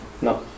No